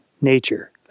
nature